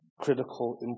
critical